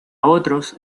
otros